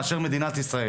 מאשר מדינת ישראל.